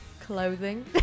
clothing